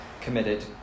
committed